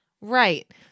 Right